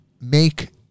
make